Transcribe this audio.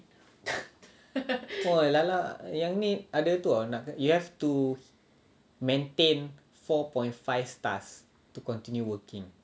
!wah! lala yang ni ada tu [tau] nak you have to maintain four point five stars to continue working